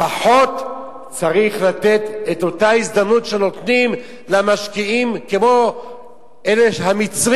לפחות צריך לתת אותה הזדמנות שנותנים למשקיעים כמו המצרים,